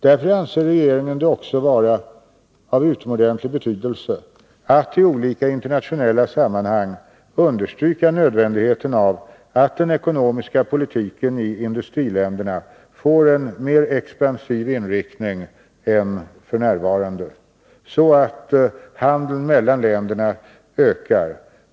Därför anser regeringen det vara av utomordentlig betydelse att vi i olika internationella sammanhang understryker nödvändigheten av att den ekonomiska politiken i industriländerna får en mer expansiv inriktning än f. n., så att handeln mellan länderna ökar.